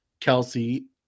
Kelsey